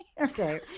okay